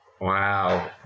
Wow